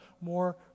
more